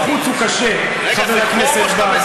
החום בחוץ הוא קשה, חבר הכנסת בר.